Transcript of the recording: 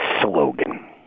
slogan